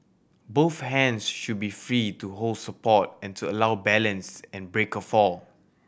both hands should be free to hold support and to allow balance and break a fall